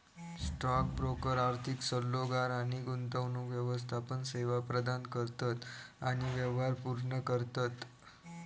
stock broker आर्थिक सल्लोगार आणि गुंतवणूक व्यवस्थापन सेवा प्रदान करतत आणि व्यवहार पूर्ण करतत